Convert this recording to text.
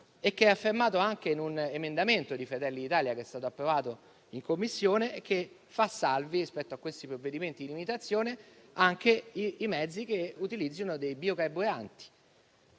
che è affermato anche in un emendamento di Fratelli d'Italia approvato in Commissione. Tale misura, rispetto a questi provvedimenti di limitazione, fa salvi anche i mezzi che utilizzino dei biocarburanti.